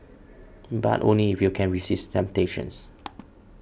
but only if you can resist temptations